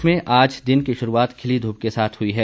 प्रदेश में आज दिन की शुरूआत खिली धूप के साथ हुई है